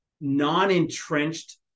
non-entrenched